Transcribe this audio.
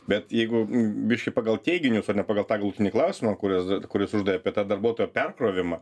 bet jeigu biškį pagal teiginius ne pagal tą galutinį klausimą kuris kur jis uždavė apie tą darbuotojo perkrovimą